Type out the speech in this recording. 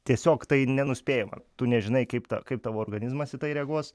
tiesiog tai nenuspėjama tu nežinai kaip ta kaip tavo organizmas į tai reaguos